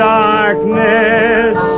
darkness